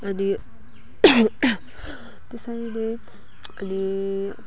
अनि त्यसरी नै अनि